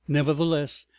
nevertheless,